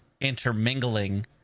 intermingling